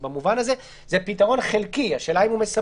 זה פתרון חלקי, השאלה היא אם הוא מספק.